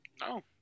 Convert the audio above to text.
No